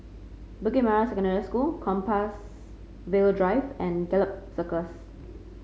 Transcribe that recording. Bukit Merah Secondary School Compassvale Drive and Gallop Circus